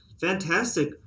fantastic